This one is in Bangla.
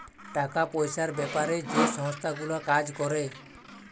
টাকা পয়সার বেপারে যে সংস্থা গুলা কাজ ক্যরে